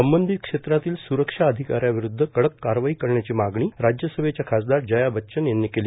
संबंधीत क्षेत्रातील सुरक्षा अधिकाऱ्यांविरुद्ध कडक कारवाई करण्याची मागणी राज्यसभेच्या खासदार जया बच्चन यांनी केली